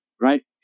Right